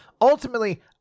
Ultimately